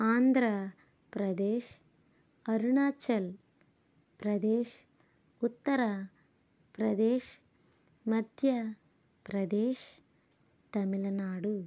Andhra Pradesh Arunachal Pradesh Uttar Pradesh Madhya Pradesh Tamil Nadu